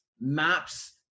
maps